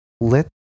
Let